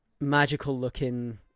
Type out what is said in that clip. magical-looking